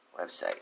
website